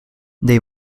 they